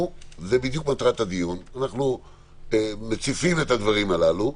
מטרת הדיון היא להציף את הדברים האלה.